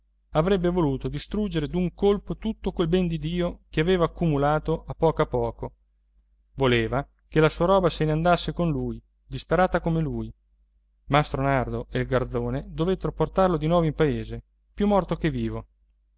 avrebbe voluto distruggere d'un colpo tutto quel ben di dio che aveva accumulato a poco a poco voleva che la sua roba se ne andasse con lui disperata come lui mastro nardo e il garzone dovettero portarlo di nuovo in paese più morto che vivo